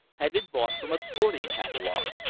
had been bought from a sporting catalogue.